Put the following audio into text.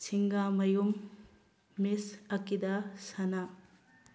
ꯁꯤꯡꯒꯥꯃꯌꯨꯝ ꯃꯤꯁ ꯑꯀꯤꯗꯥ ꯁꯅꯥ